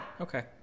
Okay